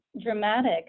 dramatic